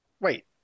wait